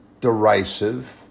derisive